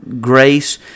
grace